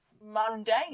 Mundane